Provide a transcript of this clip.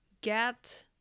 get